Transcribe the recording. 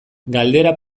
galdera